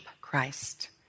Christ